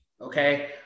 Okay